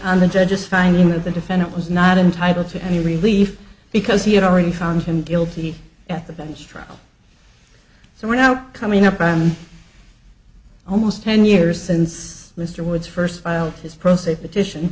on the judge's finding that the defendant was not entitled to any relief because he had already found him guilty at the bench trial so we're now coming up almost ten years since mr woods first filed his pro se petition